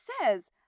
says